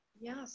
Yes